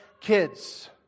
kids